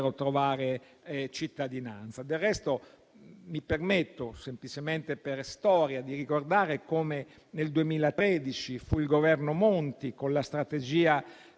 trovare cittadinanza. Del resto, mi permetto, semplicemente per storia, di ricordare come nel 2013 fu il Governo Monti, con la strategia